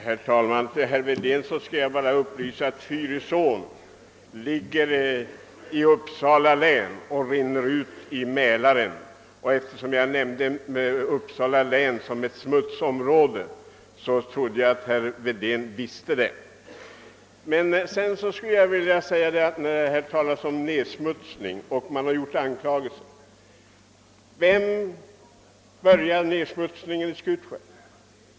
Herr talman! Jag vill bara upplysa herr Wedén om att Fyrisån ligger i Uppsala län och att den rinner ut i Mälaren. När jag nämnde Uppsala län som ett smutsområde, trodde jag att herr Wedén visste detta. Det talas här om nedsmutsning, och herr Holmberg lägger ansvaret för denna nedsmutsning på de jordbruksministrar som suttit i socialdemokratiska regeringar. Vem började nedsmutsningen i Skutskär?